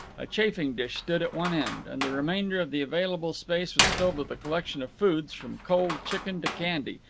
a chafing-dish stood at one end, and the remainder of the available space was filled with a collection of foods, from cold chicken to candy,